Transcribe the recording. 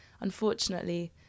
unfortunately